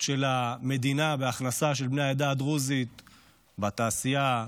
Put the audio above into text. של המדינה בהכנסה של בני העדה הדרוזית לתעשייה,